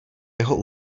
jeho